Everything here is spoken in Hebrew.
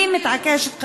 אני מתעקשת,